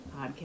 podcast